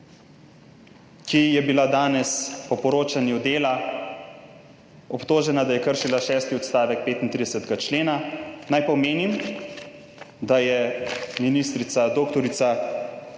ki je bila danes po poročanju Dela, obtožena, da je kršila šesti odstavek 35. člena, naj pa omenim, da je ministrica dr.